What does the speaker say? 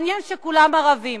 מעניין שכולם ערבים.